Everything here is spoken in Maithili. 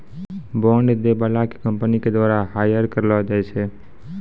बांड दै बाला के कंपनी के द्वारा हायर करलो जाय छै